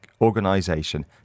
organization